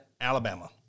Alabama